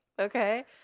okay